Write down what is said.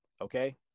okay